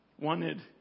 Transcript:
wanted